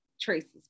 traces